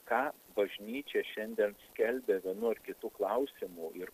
ką bažnyčia šiandien skelbia vienu ar kitu klausimu ir